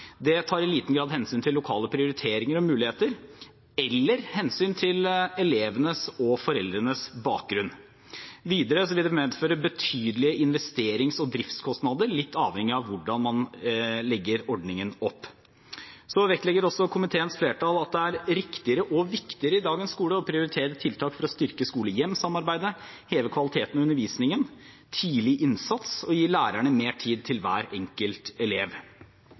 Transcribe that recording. i liten grad tar hensyn til lokale prioriteringer og muligheter eller til elevenes og foreldrenes bakgrunn. Videre vil det medføre betydelige investerings- og driftskostnader, litt avhengig av hvordan man legger opp ordningen. Så vektlegger også komiteens flertall at det er riktigere og viktigere i dagens skole å prioritere tiltak for å styrke skole–hjem-samarbeidet, heve kvaliteten i undervisningen, tidlig innsats og gi lærerne mer tid til hver enkelt elev.